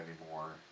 anymore